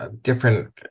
different